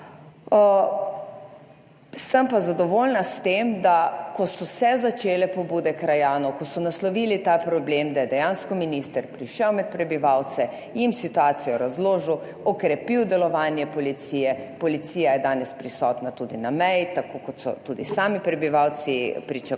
Sem pa zadovoljna s tem, da ko so se začele pobude krajanov, ko so naslovili ta problem, da je dejansko minister prišel med prebivalce, jim situacijo razložil, okrepil delovanje policije, policija je danes prisotna tudi na meji, tako kot so tudi sami prebivalci pričakovali